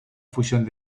fusión